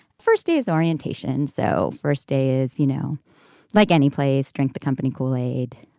first day's orientation so first day is you know like any place. drink the company kool aid.